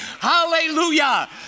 hallelujah